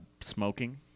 Smoking